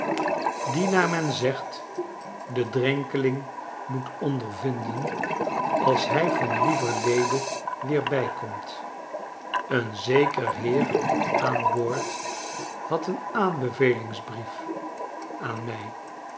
naar men zegt de drenkeling moet ondervinden als hij van li'everlede weer bijkomt een zeker heer aan boord had een aanbevelingsbrief aan mij